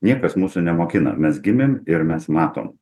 niekas mūsų nemokina mes gimėm ir mes matom